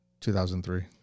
2003